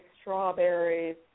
strawberries